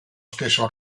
stesso